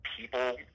people –